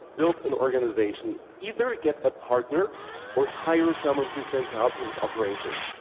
build an organization. either get a partner or hire someone who's going to help you with operations.